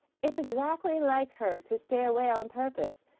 it's exactly like her to stay away on purpose,